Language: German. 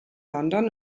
london